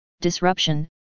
disruption